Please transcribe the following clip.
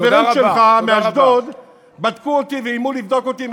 החברים שלך מאשדוד בדקו אותי ואיימו לבדוק אותי עם,